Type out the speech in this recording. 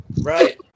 Right